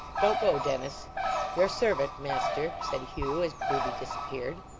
don't go, dennis your servant, master said hugh, as grueby disappeared.